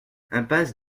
impasse